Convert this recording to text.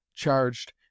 charged